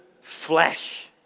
flesh